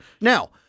Now